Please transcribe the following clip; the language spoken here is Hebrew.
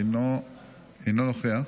אינו נוכח.